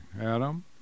Adam